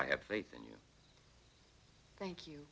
i have faith in you thank you